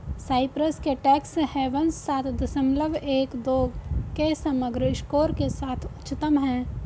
Cyprus के tax havens सात दशमलव एक दो के समग्र स्कोर के साथ उच्चतम हैं